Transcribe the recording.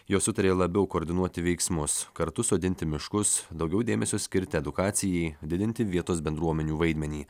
jos sutarė labiau koordinuoti veiksmus kartu sodinti miškus daugiau dėmesio skirti edukacijai didinti vietos bendruomenių vaidmenį